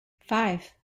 five